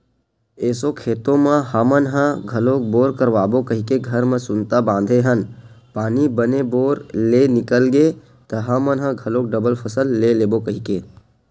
एसो खेत म हमन ह घलोक बोर करवाबो कहिके घर म सुनता बांधे हन पानी बने बोर ले निकल गे त हमन ह घलोक डबल फसल ले लेबो कहिके